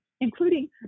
including